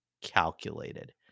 calculated